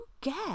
get